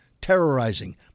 terrorizing